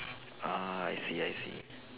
(uh huh) I see I see